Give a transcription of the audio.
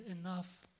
enough